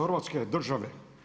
Hrvatske države.